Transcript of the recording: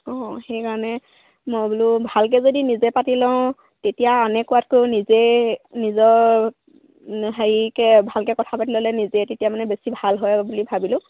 অঁ সেইকাৰণে মই বোলো ভালকৈ যদি নিজে পাতি লওঁ তেতিয়া অইনে কোৱাতকৈ নিজেই নিজৰ হেৰিকৈ ভালকৈ কথা পাতি ল'লে নিজেই তেতিয়া মানে বেছি ভাল হয় বুলি ভাবিলোঁ